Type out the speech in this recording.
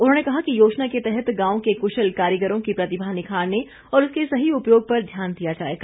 उन्होंने कहा कि योजना के तहत गांवों के कुशल कारीगरों की प्रतिभा निखारने और उसके सही उपयोग पर ध्यान दिया जाएगा